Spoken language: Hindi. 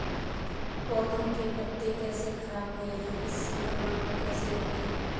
पौधों के पत्ते कैसे खराब हुए हैं इस संक्रमण को कैसे रोकें?